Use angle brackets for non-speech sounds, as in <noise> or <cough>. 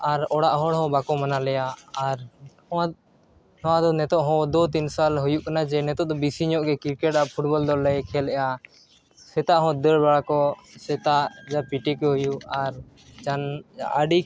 ᱟᱨ ᱚᱲᱟᱜ ᱦᱚᱲᱦᱚᱸ ᱵᱟᱠᱚ ᱢᱟᱱᱟᱞᱮᱭᱟ ᱟᱨ <unintelligible> ᱱᱚᱣᱟ ᱫᱚ ᱱᱤᱛᱚᱜ ᱦᱚᱸ ᱫᱩᱼᱛᱤᱱ ᱥᱟᱞ ᱦᱩᱭᱩᱜ ᱠᱟᱱᱟ ᱡᱮ ᱱᱤᱛᱚᱜ ᱫᱚ ᱵᱤᱥᱤᱧᱚᱜ ᱜᱮ ᱟᱨ ᱫᱚᱞᱮ ᱠᱷᱮᱹᱞᱮᱫᱼᱟ ᱥᱮᱛᱟᱜ ᱦᱚᱸ ᱫᱟᱹᱲ ᱵᱟᱲᱟ ᱠᱚ ᱥᱮᱛᱟᱜ ᱡᱟᱦᱟᱸ ᱠᱚ ᱦᱩᱭᱩᱜ ᱟᱨ <unintelligible> ᱟᱹᱰᱤ